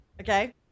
Okay